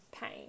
pain